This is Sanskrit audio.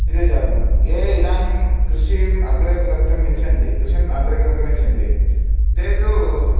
इति जातं ये इदानीं कृषिम् अग्रे कर्तुम् इच्छन्ति कृषिम् अग्रे कर्तुमिच्छन्ति ते तु